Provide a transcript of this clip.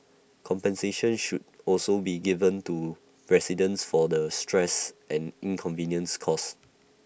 compensation should also be given to residents for the stress and inconvenience caused